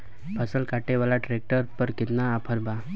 फसल काटे वाला ट्रैक्टर पर केतना ऑफर बा?